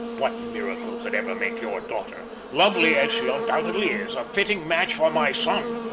what miracle could ever make your daughter, lovely as she undoubtedly is, a fitting match for my son!